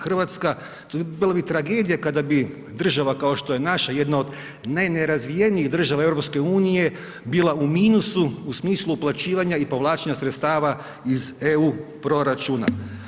Hrvatska, bilo bi tragedija kada bi država kao što je naša, jedna od najnerazvijenijih država eu bila u minusu u smislu uplaćivanja i povlačenja sredstava iz eu proračuna.